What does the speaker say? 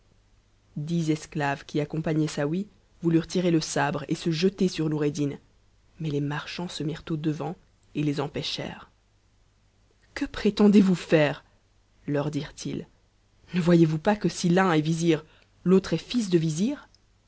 dix esclaves qui accompagnaient saouy voulurent tirer le sahre et se jeter sur noureddin mais les marchands se mirent au-devant et empêchèrent que prétendez-vous faire leur dirent-ils ne voyez-vous pas que si l'un est vizir l'autre est fils de vizir